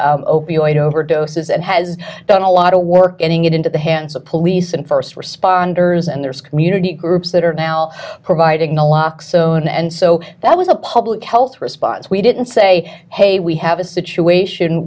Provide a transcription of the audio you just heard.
overdoses and has done a lot of work and get into the hands of police and first responders and there's community groups that are now providing the locks so on and so that was a public health response we didn't say hey we have a situation